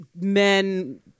men